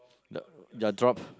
the the draft